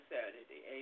Saturday